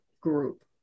group